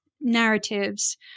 narratives